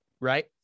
right